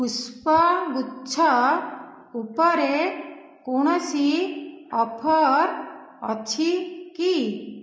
ପୁଷ୍ପଗୁଚ୍ଛ ଉପରେ କୌଣସି ଅଫର୍ ଅଛି କି